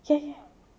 ya ya